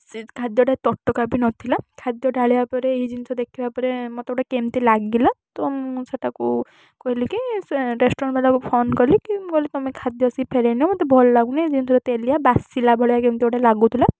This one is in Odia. ସେ ଖାଦ୍ୟ ଟା ତଟକା ବି ନଥିଲା ଖାଦ୍ୟ ଢାଳିବା ପରେ ଏଇ ଜିନିଷ ଦେଖିବା ପରେ ମୋତେ ଗୋଟେ କେମିତି ଲାଗିଲା ତ ମୁଁ ସେଇଟାକୁ କହିଲି କି ସେ ରେଷ୍ଟୁରାଣ୍ଟ୍ ବାଲା କୁ ଫୋନ୍ କଲି କି ମୁଁ କହିଲି ତୁମ ଖାଦ୍ୟ ଆସିକି ଫେରାଇ ନେବ ମୋତେ ଭଲ ଲାଗୁନି ଏ ଜିନିଷ ଗୋଟେ ତେଲିଆ ବାସିଲା ଭଳିଆ କେମିତି ଗୋଟେ ଲାଗୁଥିଲା